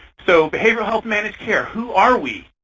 so behavioral health managed care, who are we?